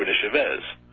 but chavez.